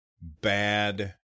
bad